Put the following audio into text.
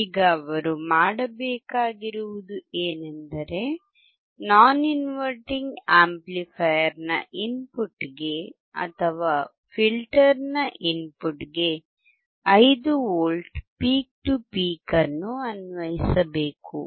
ಈಗ ಅವರು ಮಾಡಬೇಕಾಗಿರುವುದು ಏನೆಂದರೆ ನಾನ್ ಇನ್ವರ್ಟಿಂಗ್ ಆಂಪ್ಲಿಫೈಯರ್ ನ ಇನ್ಪುಟ್ಗೆ ಅಥವಾ ಫಿಲ್ಟರ್ ನ ಇನ್ಪುಟ್ ಗೆ 5 ವಿ ಪೀಕ್ ಟು ಪೀಕ್ ಅನ್ನು ಅನ್ವಯಿಸಬೇಕು